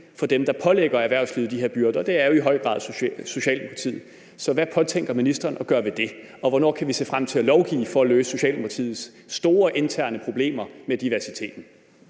for dem, der pålægger erhvervslivet de her byrder, og det er jo i høj grad Socialdemokratiet. Så hvad påtænker ministeren at gøre ved det, og hvornår kan vi se frem til at lovgive for at løse Socialdemokratiets store interne problemer med diversiteten?